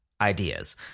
ideas